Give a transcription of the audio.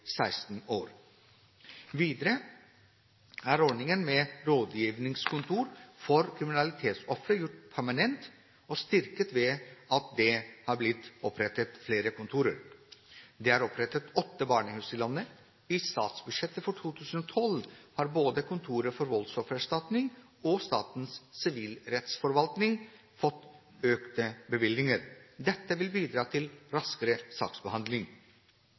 16 år. Videre er ordningen med rådgivningskontor for kriminalitetsofre gjort permanent, og styrket, ved at det har blitt opprettet flere kontorer. Det er opprettet åtte barnehus i landet. I statsbudsjettet for 2012 har både Kontoret for voldsoffererstatning og Statens sivilrettsforvaltning fått økte bevilgninger. Dette vil bidra til raskere saksbehandling.